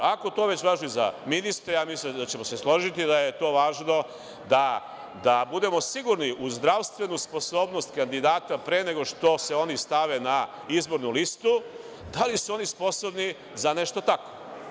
Ako to već važi za ministre, ja mislim da ćemo se složiti da je to važno da budemo sigurni u zdravstvenu sposobnost kandidata pre nego što se oni stave na izbornu listu, da li su oni sposobni za nešto tako.